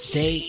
Say